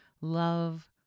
love